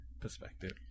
perspective